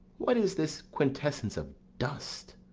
what is this quintessence of dust?